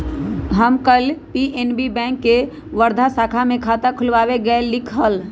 हम कल PNB bank के वर्धा शाखा में खाता खुलवावे गय लीक हल